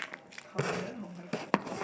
permanent on whiteboard